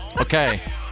Okay